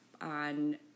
on